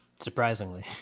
surprisingly